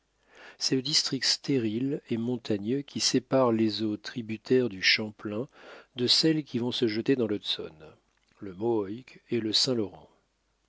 c'est le district stérile et montagneux qui sépare les eaux tributaires du champlain de celles qui vont se jeter dans l'hudson le mohawk et le saint-laurent